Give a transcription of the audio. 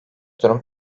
durum